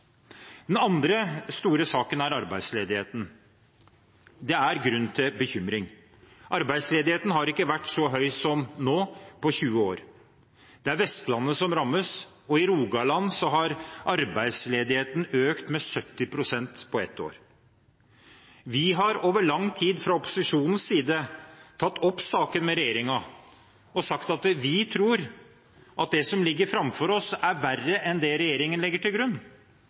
Den andre store saken er arbeidsledigheten. Det er grunn til bekymring. Arbeidsledigheten har ikke vært så høy som nå på 20 år. Det er Vestlandet som rammes, og i Rogaland har arbeidsledigheten økt med 70 pst. på ett år. Vi har over lang tid fra opposisjonens side tatt opp saken med regjeringen og sagt at vi tror at det som ligger framfor oss, er verre enn det regjeringen legger til grunn.